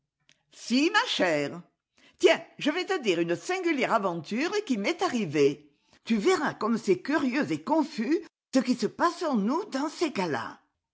si ma chère tiens je vais te dire une singuhère aventure qui m'est arrivée tu verras comme c'est curieux et confus ce qui se passe en nous dans ces